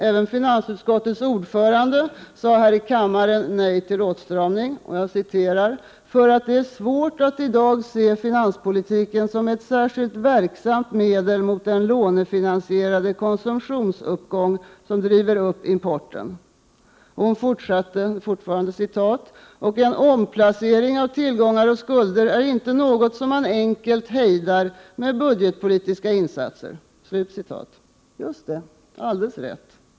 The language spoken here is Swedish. Även finansutskottets ordförande sade här i kammaren nej till åtstramning ”för att det är svårt att i dag se finanspolitiken som ett särskilt verksamt medel mot den lånefinansierade konsumtionsuppgång som driver upp importen”. Hon fortsatte: ”Och en omplacering av tillgångar och skulder är inte något som man enkelt hejdar med budgetpolitiska insatser.” Just det, alldeles riktigt.